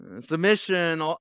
Submission